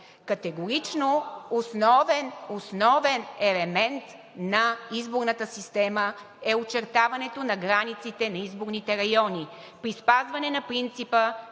Категорично – основен елемент на изборната система е очертаването на границите на изборните райони при спазване на принципа,